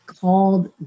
called